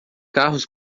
carros